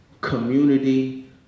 community